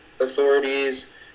authorities